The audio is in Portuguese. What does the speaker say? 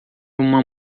uma